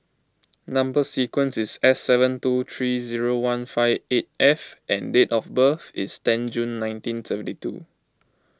Number Sequence is S seven two three zero one five eight F and date of birth is ten June nineteen seventy two